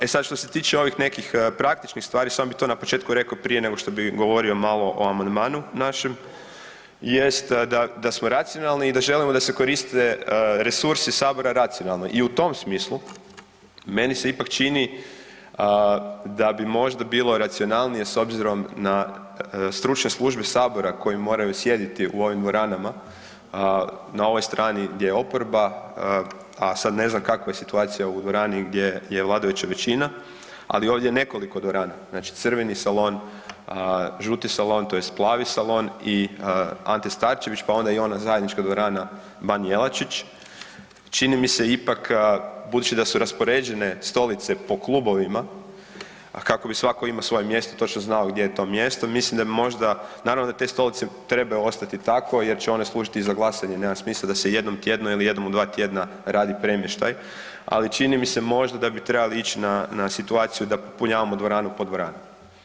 E sad što se tiče ovih nekih praktičnih stvari, samo bih to na početku rekao prije nego što bi govorio malo o amandmanu našem jest da smo racionalni i da želimo da se koriste resursi Sabora racionalno i u tom smislu meni se ipak čini da bi možda bilo racionalnije s obzirom na stručne službe Sabora koji moraju sjediti u ovim dvoranama, na ovoj strani gdje je oporba, a sad ne znam kakva je situacija u dvorani gdje je vladajuća većina, ali ovdje je nekoliko dvorana, znači „crveni salon“, „žuti salon“, tj. „plavi salon“ i „Ante Starčević“, pa onda i ona zajednička dvorana „Ban Jelačić“, čini mi se ipak, budući da su raspoređene stolice po klubovima, a kako bi svatko imao svoje mjesto, točno znao gdje je to mjesto, mislim da bi možda, naravno da te stolice trebaju ostati tako jer će one služiti i za glasanje, nema smisla da se jednom tjedno ili jednom u 2 tjedna radi premještaj, ali čini mi se možda da bi trebali ići na situaciju da popunjavamo dvoranu po dvoranu.